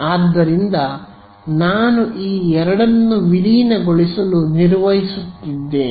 ಆದ್ದರಿಂದ ನಾನು ಈ ಎರಡನ್ನು ವಿಲೀನಗೊಳಿಸಲು ನಿರ್ವಹಿಸುತ್ತಿದ್ದೇನೆ